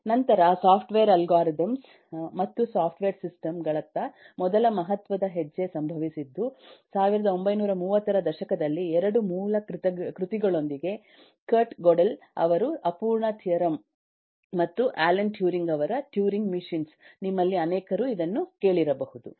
ನಂತರಸಾಫ್ಟ್ವೇರ್ algorithms ಮತ್ತು software system ಗಳತ್ತ ಮೊದಲ ಮಹತ್ವದ ಹೆಜ್ಜೆ ಸಂಭವಿಸಿದ್ದು 1930 ರ ದಶಕದಲ್ಲಿ 2 ಮೂಲ ಕೃತಿಗಳೊಂದಿಗೆ ಕರ್ಟ್ ಗೊಡೆಲ್ ಅವರ ಅಪೂರ್ಣ ಥಿಯರಮ್ ಮತ್ತು ಅಲನ್ ಟ್ಯೂರಿಂಗ್ ಅವರ ಟ್ಯೂರಿಂಗ್ ಮಚಿನ್ಸ್ ನಿಮ್ಮಲ್ಲಿ ಅನೇಕರು ಇದನ್ನು ಕೇಳಿರಬಹುದು